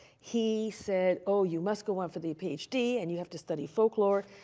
he said, oh, you must go on for the ph d, and you have to study folklore,